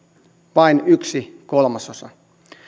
vain yksi kolmasosa